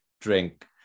drink